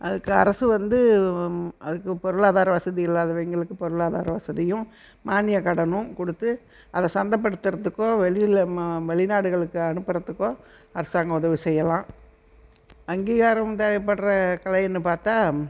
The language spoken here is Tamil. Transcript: அதுக்கு அரசு வந்து அதுக்கு பொருளாதார வசதி இல்லாதவங்களுக்கு பொருளாதார வசதியும் மானியக்கடனும் கொடுத்து அதை சந்தைப்படுத்துறதுக்கோ வெளியில் வெளிநாடுகளுக்கு அனுப்புறத்துக்கோ அரசாங்கம் உதவி செய்யலாம் அங்கீகாரம் தேவைப்படுகிற கலைன்னு பார்த்தா